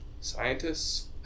scientists